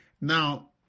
Now